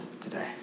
today